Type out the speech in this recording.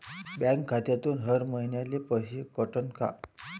Bank खात्यातून हर महिन्याले पैसे कटन का?